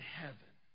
heaven